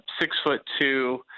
six-foot-two